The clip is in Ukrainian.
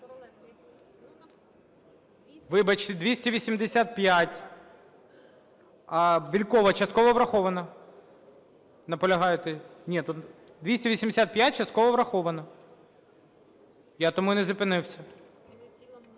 Вибачте. 285, Бєлькова, частково врахована. Наполягаєте. Ні, тут… 285 частково врахована. Я тому й не зупинився.